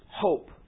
hope